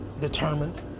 determined